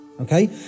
okay